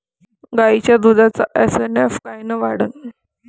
गायीच्या दुधाचा एस.एन.एफ कायनं वाढन?